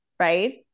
right